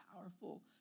powerful